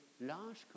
large